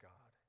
God